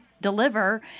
deliver